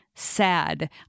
sad